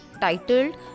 titled